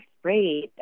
afraid